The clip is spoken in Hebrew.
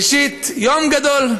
ראשית, יום גדול,